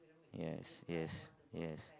yes yes yes